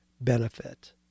benefit